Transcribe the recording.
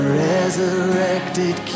resurrected